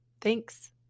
Thanks